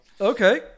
Okay